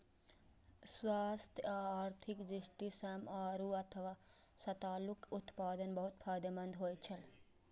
स्वास्थ्य आ आर्थिक दृष्टि सं आड़ू अथवा सतालूक उत्पादन बहुत फायदेमंद होइ छै